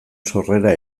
sorrera